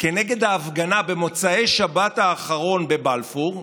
כנגד ההפגנה במוצאי שבת האחרון בבלפור,